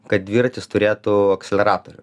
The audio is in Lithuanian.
kad dviratis turėtų akseleratorių